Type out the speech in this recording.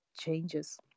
changes